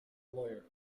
lawyer